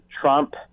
Trump